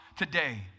today